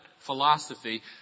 Philosophy